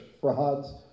frauds